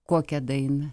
kokią dainą